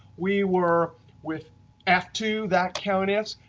we were with f two, that countifs,